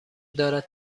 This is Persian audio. دارد